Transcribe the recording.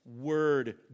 word